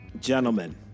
Gentlemen